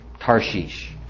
Tarshish